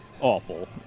Awful